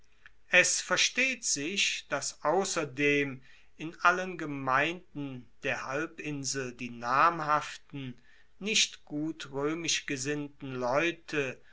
es versteht sich dass ausserdem in allen gemeinden der halbinsel die namhaften nicht gut roemisch gesinnten leute